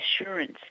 assurance